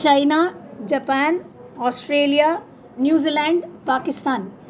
China Japan Australia New Zealand Pakistan